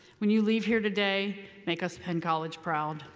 when you leave here today, make us penn college proud.